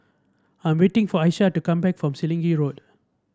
I am waiting for Aisha to come back from Selegie Road